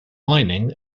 mining